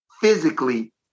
physically